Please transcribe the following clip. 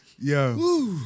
Yo